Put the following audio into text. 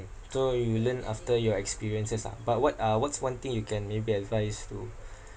so you learn after your experiences lah but what uh what's one thing you can maybe advise to